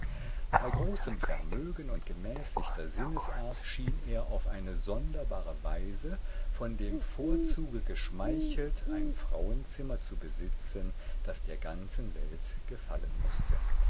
bei großem vermögen und gemäßigter sinnesart schien er auf eine wunderbare weise von dem vorzuge geschmeichelt ein frauenzimmer zu besitzen das der ganzen welt gefallen mußte